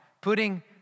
putting